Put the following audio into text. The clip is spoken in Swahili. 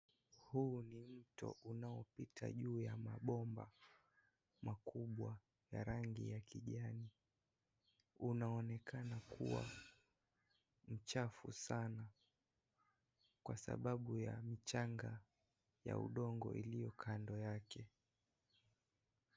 Huu ni mto unaopita juu ya mabomba makubwa ya rangi ya kijani. Unaonekana kuwa mchafu sana kwa sababu ya mchanga ya udongo ulio kando yake.